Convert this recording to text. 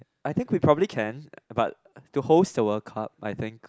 I think we probably can but to host the World Cup I think